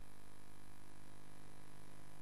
ולקבוע שהיא רוצה,